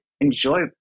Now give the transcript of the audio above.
enjoy